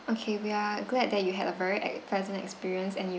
okay we are glad that you had a very ex~ pleasant experience